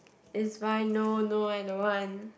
is fine no no I don't want